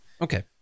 Okay